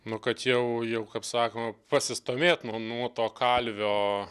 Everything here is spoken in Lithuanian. nu kad jau jau kaip sakoma pasistūmėt nu nuo to kalvio